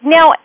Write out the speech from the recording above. Now